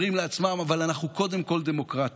אומרים לעצמם: אבל אנחנו קודם כול דמוקרטים,